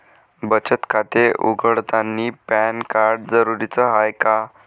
बचत खाते उघडतानी पॅन कार्ड जरुरीच हाय का?